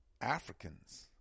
Africans